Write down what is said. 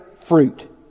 fruit